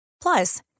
Plus